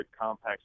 compact